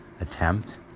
attempt